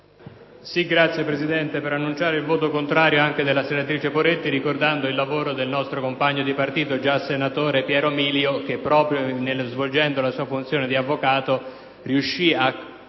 Signor Presidente, annuncio il voto contrario mio e della senatrice Poretti, ricordando il lavoro del nostro compagno di partito, già senatore, Piero Milio, che proprio svolgendo la sua funzione di avvocato riuscì a